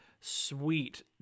sweet